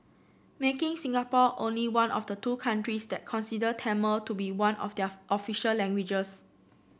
making Singapore only one of the two countries that considers Tamil to be one of their official languages